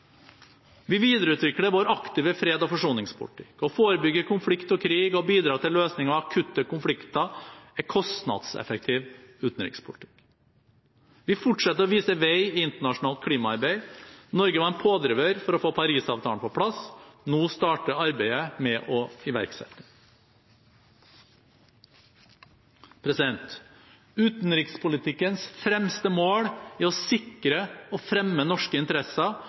Vi videreutvikler vår aktive fred- og forsoningspolitikk. Å forebygge konflikt og krig og å bidra til løsning av akutte konflikter er kostnadseffektiv utenrikspolitikk. Vi fortsetter å vise vei i internasjonalt klimaarbeid. Norge var en pådriver for å få Paris-avtalen på plass – nå starter arbeidet med å iverksette den. Utenrikspolitikkens fremste mål er å sikre og fremme norske interesser